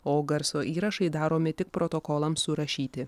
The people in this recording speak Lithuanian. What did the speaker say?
o garso įrašai daromi tik protokolams surašyti